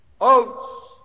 oats